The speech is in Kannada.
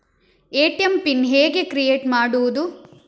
ಎ.ಟಿ.ಎಂ ಪಿನ್ ಹೇಗೆ ಕ್ರಿಯೇಟ್ ಮಾಡುವುದು?